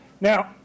Now